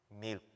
milk